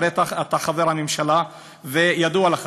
הרי אתה חבר הממשלה וידוע לך,